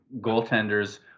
goaltenders